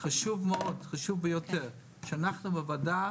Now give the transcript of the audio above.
חשוב מאוד ואפילו חשוב ביותר שאנחנו בוועדה